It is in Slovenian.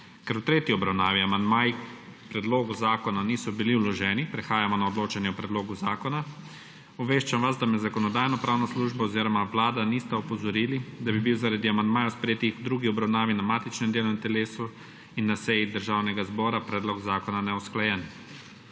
Ker v tretji obravnavi amandmaji k predlogu zakona niso bili vloženi, prehajamo na odločanje o predlogu zakona. Obveščam vas, da me Zakonodajno-pravna služba oziroma Vlada nista opozorili, da bi bil zaradi amandmajev, sprejetih v drugi obravnavi na matičnem delovnem telesu in na seji Državnega zbora, predlog zakona neusklajen.